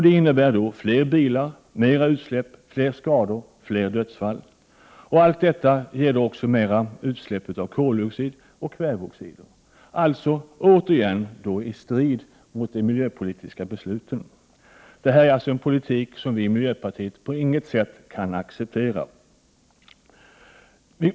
Det innebär i sin tur fler bilar, mera utsläpp, flera skador och fler dödsfall. Allt detta resulterar i mer utsläpp av koldioxid och kväveoxider. Alltså återigen: Detta strider mot de miljöpolitiska besluten, och en sådan här politik kan inte vi i miljöpartiet på något sätt acceptera.